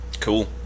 cool